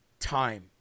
time